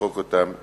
וימחק אותם מהרישום.